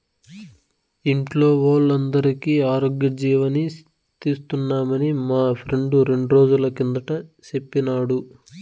ఇంట్లో వోల్లందరికీ ఆరోగ్యజీవని తీస్తున్నామని మా ఫ్రెండు రెండ్రోజుల కిందట సెప్పినాడు